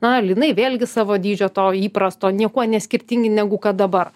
na lynai vėlgi savo dydžio to įprasto niekuo neskirtingi negu kad dabar